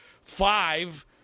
five